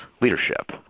leadership